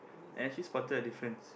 and she spotted a difference